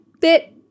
bit